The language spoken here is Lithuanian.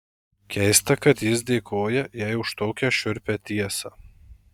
keista kad jis dėkoja jai už tokią šiurpią tiesą